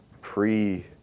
pre-